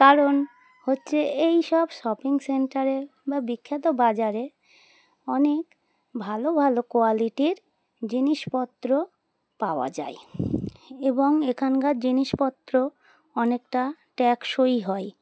কারণ হচ্ছে এই সব শপিং সেন্টারে বা বিখ্যাত বাজারে অনেক ভালো ভালো কোয়ালিটির জিনিসপত্র পাওয়া যায় এবং এখানকার জিনিসপত্র অনেকটা টেকসই হয়